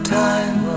time